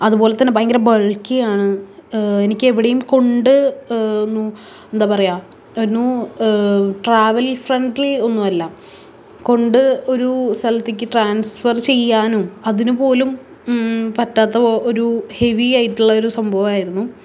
അതുപോലെ തന്നെ ഭയങ്കര ബൾക്കിയാണ് എനിക്കെവടേം കൊണ്ട് എന്നു എന്താ പറയാ എനു ട്രാവൽ ഫ്രണ്ട്ലി ഒന്നും അല്ല കൊണ്ട് ഒരു സ്ഥലത്തേക്ക് ട്രാൻസ്ഫർ ചെയ്യാനും അതിനുപോലും പറ്റാത്ത ഒരു ഹെവി ആയിട്ടുള്ളൊരു സംഭവമായിരുന്നു